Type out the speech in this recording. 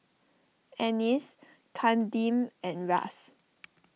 Annice Kadeem and Ras